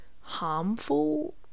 harmful